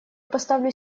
поставлю